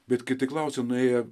bet kiti klausia nuėję